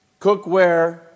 Cookware